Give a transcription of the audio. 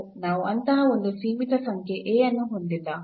ನಾವು ಅಂತಹ ಒಂದು ಸೀಮಿತ ಸಂಖ್ಯೆ A ಅನ್ನು ಹೊಂದಿಲ್ಲ